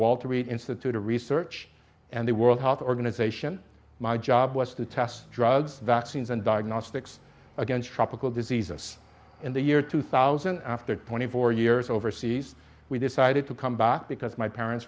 walter reed institute of research and the world health organization my job was to test drugs vaccines and diagnostics against tropical diseases in the year two thousand after twenty four years overseas we decided to come back because my parents